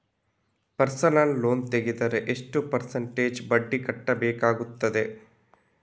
Personal loan ತೆಗೆದರೆ ಎಷ್ಟು percentage ಬಡ್ಡಿ ಕಟ್ಟಬೇಕಾಗುತ್ತದೆ?